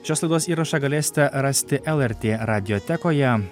šios laidos įrašą galėsite rasti lrt radiotekoje